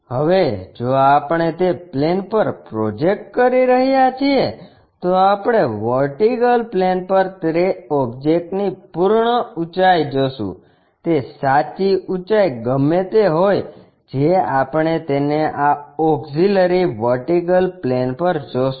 હવે જો આપણે તે પ્લેન પર પ્રોજેક્ટ કરી રહ્યા છીએ તો આપણે વર્ટિકલ પ્લેન પર તે ઓબ્જેક્ટની પૂર્ણ ઉંચાઇ જોશું તે સાચી ઊંચાઈ ગમે તે હોય જે આપણે તેને આ ઓક્ષીલરી વર્ટિકલ પ્લેન પર જોશું